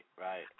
right